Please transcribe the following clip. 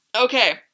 Okay